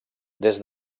des